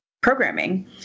programming